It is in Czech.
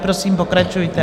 Prosím, pokračujte.